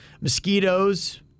Mosquitoes